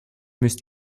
müsst